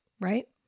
Right